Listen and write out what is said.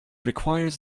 requires